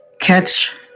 catch